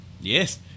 Yes